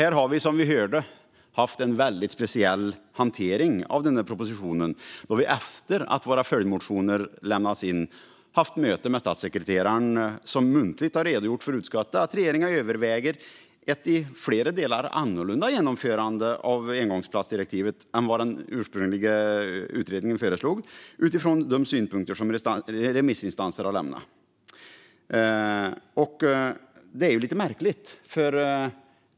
Här har det, som vi hörde, varit en mycket speciell hantering av propositionen; efter att våra följdmotioner lämnats in har vi haft möte med statssekreteraren som muntligt har redogjort för utskottet att regeringen överväger ett i flera delar annorlunda genomförande av engångsplastdirektivet än den ursprungliga utredningen föreslog, utifrån synpunkter som remissinstanser lämnat. Det är lite märkligt.